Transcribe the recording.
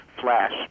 flash